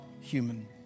human